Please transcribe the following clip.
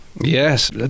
Yes